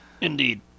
Indeed